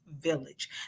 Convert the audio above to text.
Village